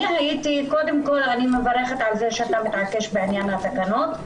אני מברכת על זה שאתה מתעקש בעניין התקנות.